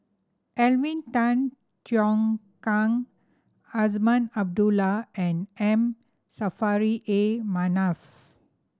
Alvin Tan Cheong Kheng Azman Abdullah and M Saffri A Manaf